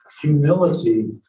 humility